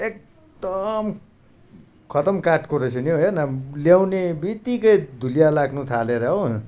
एकदम खत्तम काठको रहेछ नि हौ हेर्न ल्याउनेबित्तिकै धुलिया लाग्नु थालेर हो